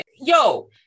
Yo